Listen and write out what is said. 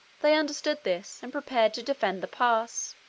they understood this, and prepared to defend the pass.